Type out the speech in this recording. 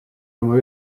oma